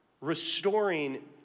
restoring